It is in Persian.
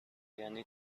یعنی